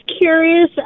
curious